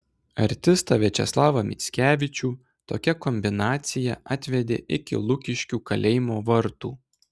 artistą viačeslavą mickevičių tokia kombinacija atvedė iki lukiškių kalėjimo vartų